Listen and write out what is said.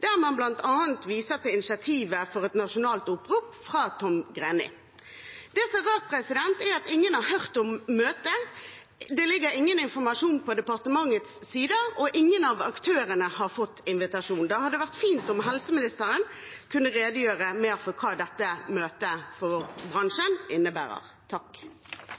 og man viste bl.a. til initiativet for et nasjonalt opprop fra Tom Greni. Det som er rart, er at ingen har hørt om møtet, det ligger ingen informasjon på departementets sider, og ingen av aktørene har fått invitasjon. Det hadde vært fint om helseministeren kunne redegjøre mer for hva dette møtet med bransjen innebærer.